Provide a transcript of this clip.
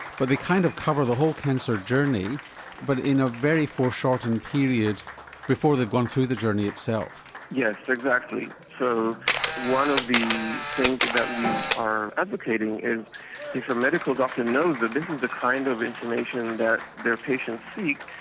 but they kind of cover the whole cancer journey but in a very foreshortened period before they've gone through the journey itself. yes, exactly. so one of the things that we are advocating is if a medical doctor knows that this is the kind of information that their patients seek,